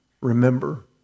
remember